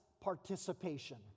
participation